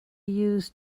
used